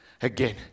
again